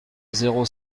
zéro